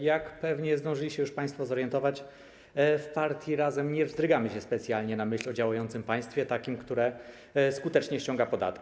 Jak pewnie zdążyli się już państwo zorientować, w partii Razem nie wzdrygamy się specjalnie na myśl o działającym państwie, takim, które skutecznie ściąga podatki.